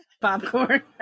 Popcorn